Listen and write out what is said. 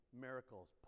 miracles